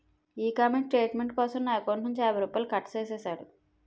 ఈ comment statement కోసం నా ఎకౌంటు నుంచి యాభై రూపాయలు కట్టు చేసేసాడు